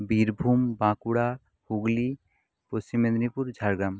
Birbhum Bankura Hooghly Paschim Medinipur Jhargram